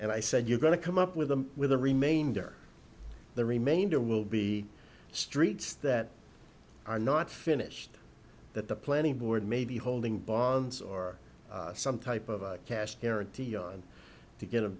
and i said you're going to come up with them with the remainder the remainder will be streets that are not finished that the planning board may be holding bonds or some type of a cash guarantee on to get